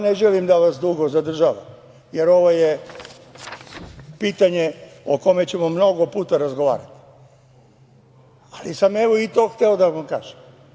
Ne želim da vas dugo zadržavam, jer ovo je pitanje o kome ćemo mnogo puta razgovarati, ali sam i to hteo da vam kažem.